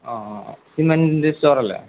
ആ സിമെന്റിന്റെ സ്റ്റോർ അല്ലേ